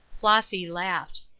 flossy laughed.